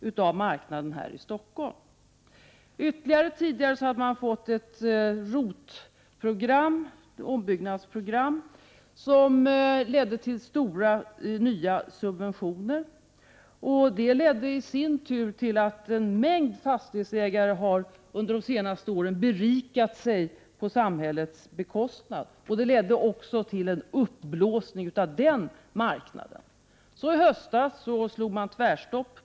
Dessförinnan hade vi ROT-programmet — ett ombyggnadsprogram — som ledde till omfattande nya subventioner — som i sin tur medverkat till att en mängd fastighetsägare under de senaste åren blivit rikare på samhällets bekostnad. Även den marknaden har blivit uppblåst. Men i höstas blev det tvärstopp.